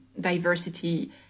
diversity